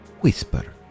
Whisper